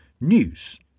news